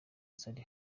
zari